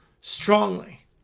strongly